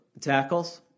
tackles